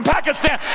Pakistan